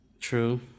True